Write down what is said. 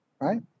Right